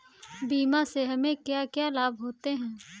बीमा से हमे क्या क्या लाभ होते हैं?